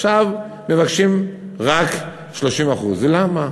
עכשיו מבקשים לתת רק 30%. למה?